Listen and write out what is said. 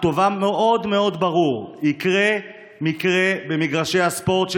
כתובה מאוד מאוד ברור: יקרה מקרה של הרג במגרשי הספורט.